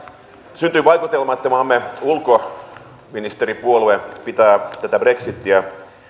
syntyy vaikutelma että maamme ulkoministeripuolue pitää tätä brexitiä